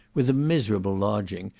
with a miserable lodging,